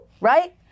right